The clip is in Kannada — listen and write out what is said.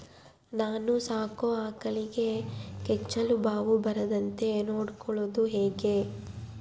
ನಾನು ಸಾಕೋ ಆಕಳಿಗೆ ಕೆಚ್ಚಲುಬಾವು ಬರದಂತೆ ನೊಡ್ಕೊಳೋದು ಹೇಗೆ?